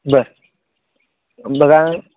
बरं बघा